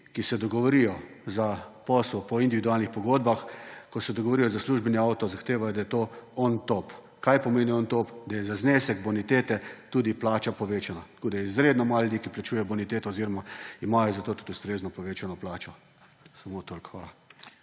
ki se dogovorijo za posel po individualnih pogodbah, ko se odgovorijo za službeni avto, zahtevajo, da je to »on top«. Kaj pomeni »on top«? Da je za znesek bonitete tudi plača povečana, tako da je izredno malo ljudi, ki plačuje boniteto oziroma imajo za to tudi ustrezno povečano plačo. Samo toliko. Hvala.